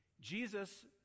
Jesus